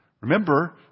Remember